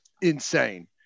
insane